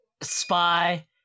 spy